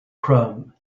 chrome